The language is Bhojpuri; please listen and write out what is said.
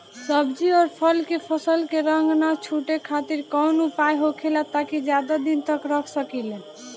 सब्जी और फल के फसल के रंग न छुटे खातिर काउन उपाय होखेला ताकि ज्यादा दिन तक रख सकिले?